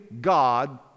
God